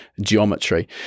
geometry